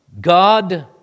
God